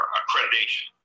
accreditation